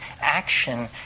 action